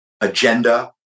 agenda